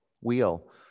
Wheel